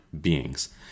beings